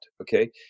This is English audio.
okay